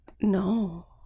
No